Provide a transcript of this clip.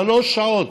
שלוש שעות,